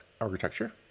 architecture